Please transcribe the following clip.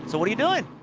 so what are you doing?